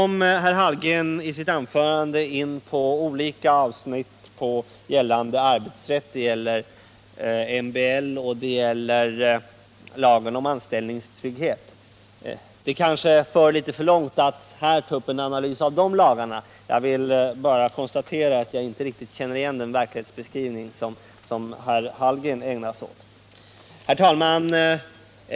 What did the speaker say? Herr Hallgren kom i sitt anförande in på olika avsnitt i gällande arbetsrätt, MBL och lagen om anställningstrygghet. Det kanske för litet för långt att här ta upp en analys av dessa lagar. Jag vill bara konstatera att jag inte riktigt känner igen den verklighetsbeskrivning herr Hallgren ägnar sig åt. Herr talman!